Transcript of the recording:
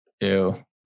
Ew